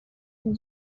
and